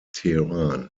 tehran